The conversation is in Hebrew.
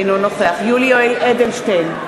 אינו נוכח יולי יואל אדלשטיין,